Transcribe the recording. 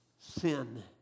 sin